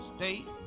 state